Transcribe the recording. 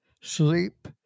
sleep